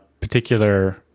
particular